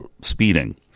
speeding